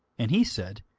and he said,